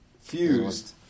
fused